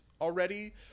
already